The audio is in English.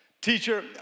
Teacher